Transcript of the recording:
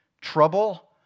Trouble